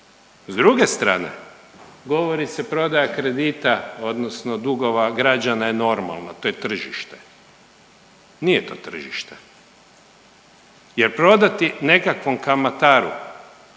S druge strane govori se prodaja kredita, odnosno dugova građana je normalna. To je tržište. Nije to tržite, jer prodati nekakvom kamataru